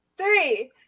three